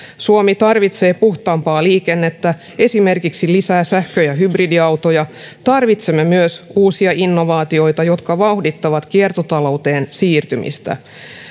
suomi tarvitsee puhtaampaa liikennettä esimerkiksi lisää sähkö ja hybridiautoja tarvitsemme myös uusia innovaatioita jotka vauhdittavat kiertotalouteen siirtymistä